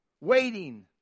waiting